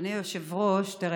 אדוני היושב-ראש, תראה,